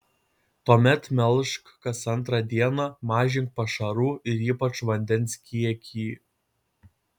tuomet melžk kas antrą dieną mažink pašarų ir ypač vandens kiekį